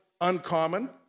uncommon